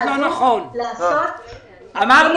להציג